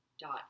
dot